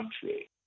country